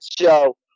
show